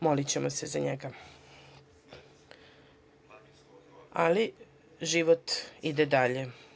Molićemo se za njega, ali život ide dalje.